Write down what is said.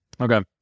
Okay